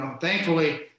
Thankfully –